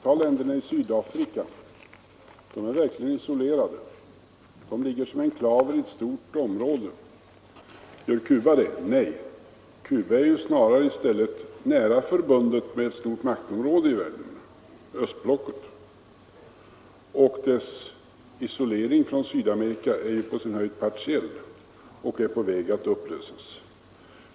Herr talman! Tag länderna i Sydafrika! De är verkligen isolerade. De ligger som en enklav i ett stort område. Gör Cuba det? Nej, Cuba är i stället nära förbundet med ett stort maktområde i världen, östblocket. Dess isolering från Sydamerika är på sin höjd partiell och är på väg att upplösas.